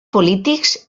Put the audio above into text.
polítics